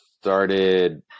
started